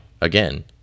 again